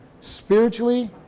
spiritually